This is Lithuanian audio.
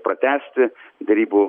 pratęsti derybų